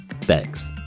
Thanks